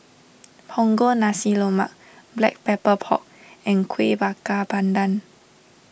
Punggol Nasi Lemak Black Pepper Pork and Kuih Bakar Pandan